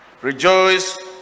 rejoice